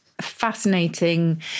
fascinating